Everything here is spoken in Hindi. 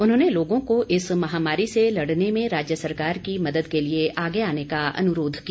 उन्होंने लोगों को इस महामारी से लड़ने में राज्य सरकार की मदद के लिए आगे आने का अनुरोध किया